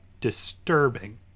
disturbing